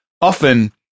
often